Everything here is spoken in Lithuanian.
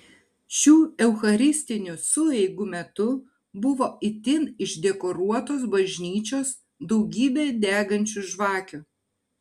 šių eucharistinių sueigų metu buvo itin išdekoruotos bažnyčios daugybė degančių žvakių